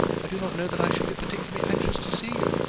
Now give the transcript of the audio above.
i do not know that i should be particularly anxious to see you.